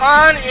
on